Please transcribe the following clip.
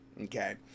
okay